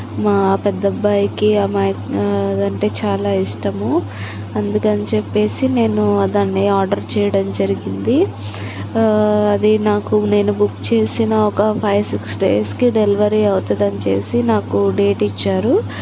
మా పెద్ద అబ్బాయికి ఆ మై అదంటే చాలా ఇష్టము అందుకని చెప్పేసి నేను దాన్ని ఆర్డర్ చేయడం జరిగింది అది నాకు నేను బుక్ చేసిన ఒక ఫైవ్ సిక్స్ డేస్కి డెలివరీ అవుతుందని చేసి నాకు డేట్ ఇచ్చారు